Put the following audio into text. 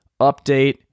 update